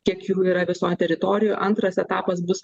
kiek jų yra visoj teritorijoj antras etapas bus